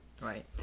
right